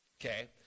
Okay